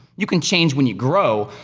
you can change when you grow,